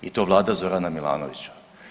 I to Vlada Zorana Milanovića.